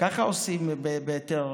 ככה עושים היתר